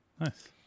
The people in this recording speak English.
Nice